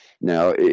Now